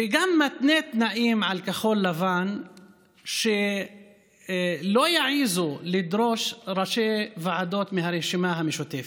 וגם מתנה תנאים לכחול לבן שלא יעזו לדרוש ראשי ועדות מהרשימה המשותפת.